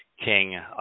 King